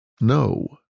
no